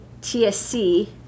TSC